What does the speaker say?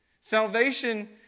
Salvation